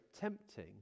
tempting